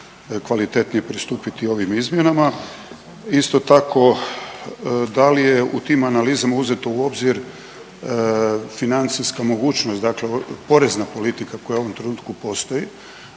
kvalitetnije pristupiti ovim izmjenama. Isto tako, da li je u tim analizama uzeto u obzir financijska mogućnost dakle porezna politika koja u ovom trenutku postoji,